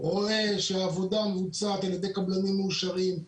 רואה שהעבודה מבוצעת על ידי קבלנים מאושרים,